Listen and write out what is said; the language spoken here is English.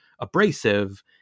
abrasive